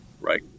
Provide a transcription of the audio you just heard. Right